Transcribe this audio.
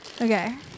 Okay